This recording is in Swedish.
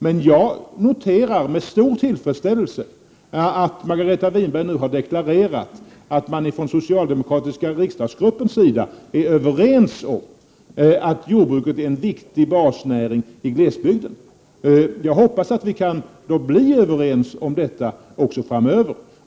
Men jag noterar med stor tillfredsställelse att Margareta Winberg nu har deklarerat att man i den socialdemokratiska riksdagsgruppen är överens om att jordbruket är en viktig basnäring i glesbygden. Jag hoppas att vi kan vara överens om detta också framöver.